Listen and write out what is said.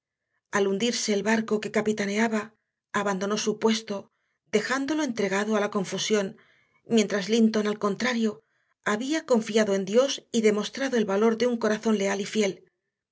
al hundirse el barco que capitaneaba abandonó su puesto dejándolo entregado a la confusión mientras linton al contrario había confiado en dios y demostrado el valor de un corazón leal y fiel